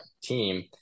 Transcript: team